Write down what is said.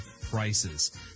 prices